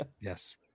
Yes